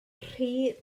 rhy